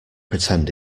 pretend